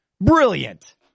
Brilliant